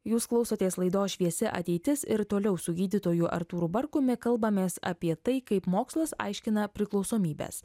jūs klausotės laidos šviesi ateitis ir toliau su gydytoju artūru barkumi kalbamės apie tai kaip mokslas aiškina priklausomybes